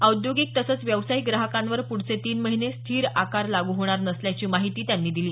औद्योगिक तसंच व्यावसायिक ग्राहकांवर प्रढचे तीन महिने स्थिर आकार लागू होणार नसल्याची माहिती त्यांनी दिली